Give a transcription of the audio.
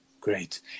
Great